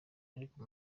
ariko